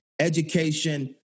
education